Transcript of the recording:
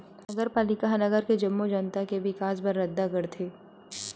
नगरपालिका ह नगर के जम्मो जनता के बिकास बर रद्दा गढ़थे